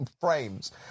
frames